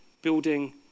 Building